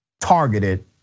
targeted